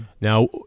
Now